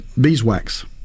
beeswax